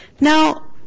Now